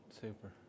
Super